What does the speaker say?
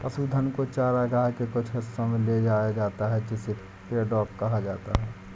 पशुधन को चरागाह के कुछ हिस्सों में ले जाया जाता है जिसे पैडॉक कहा जाता है